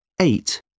Eight